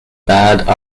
bad